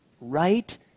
right